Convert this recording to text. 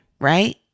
Right